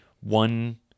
one